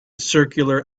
circular